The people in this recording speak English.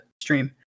stream